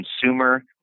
consumer